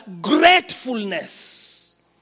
gratefulness